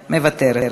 מוותרת.